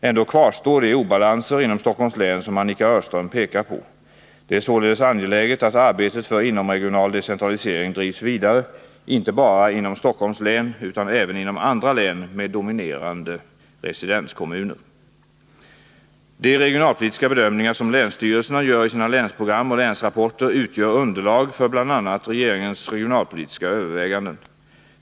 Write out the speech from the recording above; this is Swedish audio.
Ändå kvarstår de obalanser inom Stockholms län som Annika Öhrström pekar på. Det är således angeläget att arbetet för inomregional decentralisering drivs vidare inte bara inom Stockholms län utan även inom andra län med dominerande residenskommuner. De regionalpolitiska bedömningar som länsstyrelserna gör i sina länsprogram och länsrapporter utgör underlag för bl.a. regeringens regionalpolitiska överväganden.